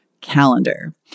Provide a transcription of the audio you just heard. calendar